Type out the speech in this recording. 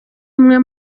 imwe